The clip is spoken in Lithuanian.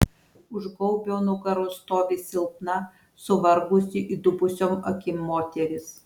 už gaubio nugaros stovi silpna suvargusi įdubusiom akim moteris